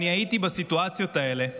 אני הייתי בסיטואציות האלה שאזרח,